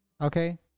Okay